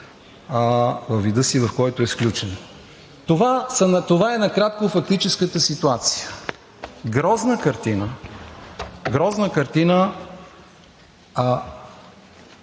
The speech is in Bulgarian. във вида си, в който е сключен. Това е накратко фактическата ситуация. Грозна картина, грозна картина!